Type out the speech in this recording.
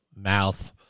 mouth